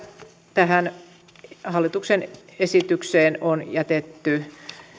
tähän hallituksen esitykseen on jätetty